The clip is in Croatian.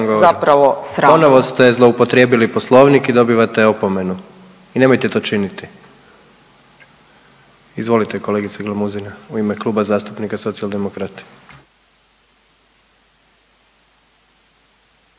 vam govorim? Ponovo ste zloupotrijebili poslovnik i dobivate opomenu i nemojte to činiti. Izvolite kolegice Glamuzima u ime Kluba zastupnika Socijaldemokrati.